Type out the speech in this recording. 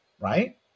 right